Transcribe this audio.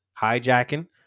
hijacking